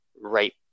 right